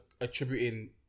attributing